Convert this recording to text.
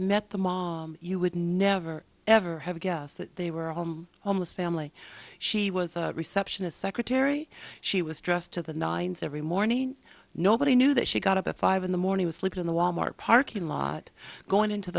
met the mom you would never ever have guessed that they were home almost family she was a receptionist secretary she was dressed to the nines every morning nobody knew that she got up at five in the morning asleep in the wal mart parking lot going into